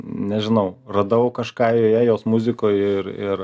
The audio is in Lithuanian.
nežinau radau kažką joje jos muzikoj ir ir